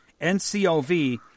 NCOV